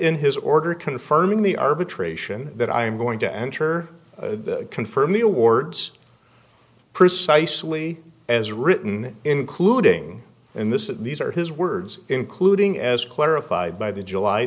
in his order confirming the arbitration that i am going to enter confirm the awards precisely as written including in this these are his words including as clarified by the july